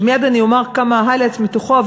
שמייד אומר כמה highlights מתוכו.